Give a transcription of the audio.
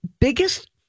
biggest